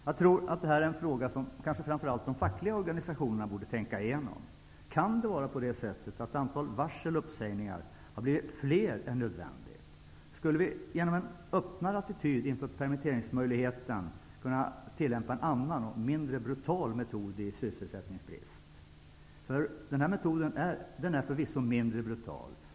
Jag tror att det här är en fråga som framför allt de fackliga organisationerna borde tänka igenom. Kan det vara på det sättet att antalet varsel och uppsägningar har blivit fler än nödvändigt? Skulle vi genom en öppnare attityd inför permitteringsmöjligheten kunna tillämpa en annan och mindre brutal metod vid sysselsättningsbrist? Den metod jag talar om är förvisso mindre brutal.